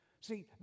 See